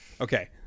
Okay